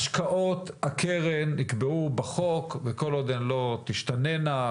השקעות הקרן יקבעו בחוק וכל עוד הן לא תשתנינה,